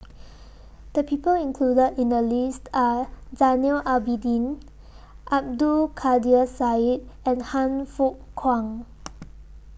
The People included in The list Are Zainal Abidin Abdul Kadir Syed and Han Fook Kwang